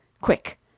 Quick